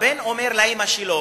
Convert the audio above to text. הבן אומר לאמא שלו: